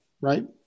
right